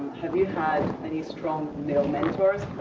have you had any strong male mentors?